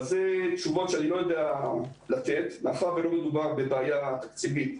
אלה תשובות שאני לא יודע לתת מאחר ולא מדובר בבעיה תקציבית.